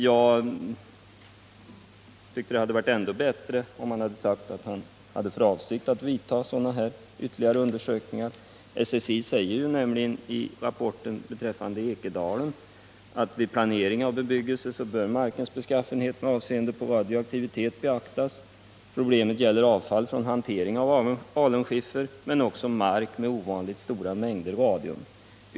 Det hade emellertid varit ändå bättre om industriministern sagt att man hade för avsikt att göra ytterligare undersökningar. SSI säger att vid planering av bebyggelse bör markens beskaffenhet med avseende på radioaktivitet beaktas. Problemet gäller avfall från hantering av alunskiffer, men också mark med ovanligt stora mängder radium.